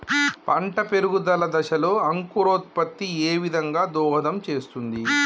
పంట పెరుగుదల దశలో అంకురోత్ఫత్తి ఏ విధంగా దోహదం చేస్తుంది?